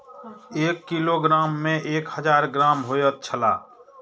एक किलोग्राम में एक हजार ग्राम होयत छला